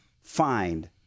find